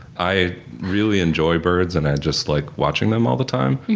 i really enjoy birds and i just like watching them all the time,